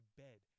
bed